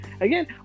again